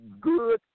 good